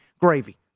gravy